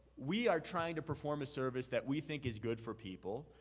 we are trying to perform a service that we think is good for people.